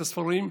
את הספרים.